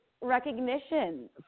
recognition